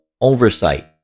oversight